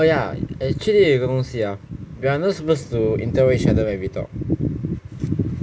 and oh ya actually 有一个东西 ah we are not supposed to interract each other when we talk